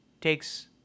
takes